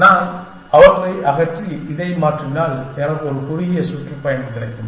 நான் அவற்றை அகற்றி இதை மாற்றினால் எனக்கு ஒரு குறுகிய சுற்றுப்பயணம் கிடைக்கும்